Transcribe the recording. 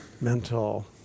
Mental